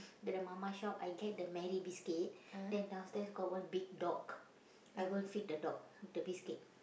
to the mama shop I get the Marie biscuit then downstairs got one big dog I go and feed the dog with the biscuit